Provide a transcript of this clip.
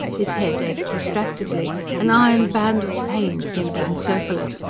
his head ached distractedly an iron band of pain seemed to encircle it.